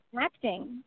acting